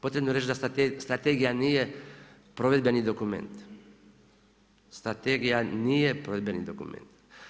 Potrebno je reći da Strategija nije provedbeni dokument, Strategija nije provedbeni dokument.